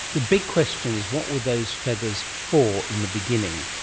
the big question is what were those feathers for in the beginning?